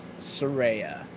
Soraya